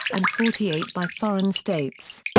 and forty eight by foreign states.